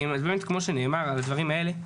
אז באמת כמו שנאמר על הדברים האלה,